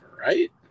right